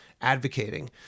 advocating